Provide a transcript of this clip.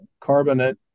carbonate